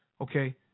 okay